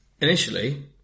initially